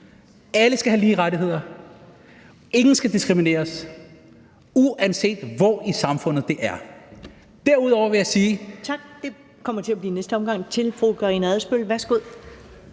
Alle skal have lige rettigheder, ingen skal diskrimineres, uanset hvor i samfundet det er. Derudover vil jeg sige ...